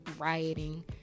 rioting